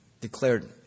declared